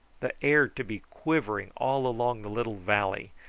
the air to be quivering all along the little valley,